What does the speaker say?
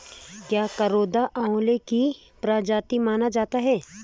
क्या करौंदा आंवले की प्रजाति माना जाता है?